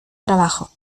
trabajo